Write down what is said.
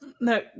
no